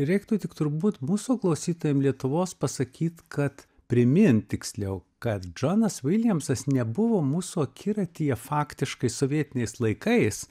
reiktų tik turbūt mūsų klausytojam lietuvos pasakyt kad primint tiksliau kad džonas viljamsas nebuvo mūsų akiratyje faktiškai sovietiniais laikais